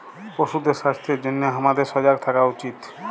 পশুদের স্বাস্থ্যের জনহে হামাদের সজাগ থাকা উচিত